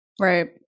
right